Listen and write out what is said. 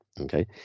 okay